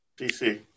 DC